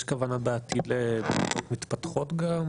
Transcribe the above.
יש כוונה בעתיד במדינות מתפתחות גם?